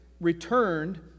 returned